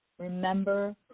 remember